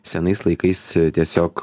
senais laikais tiesiog